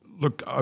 Look